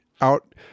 out